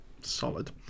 solid